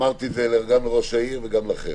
אמרתי את זה גם לראש העיר וגם לכם.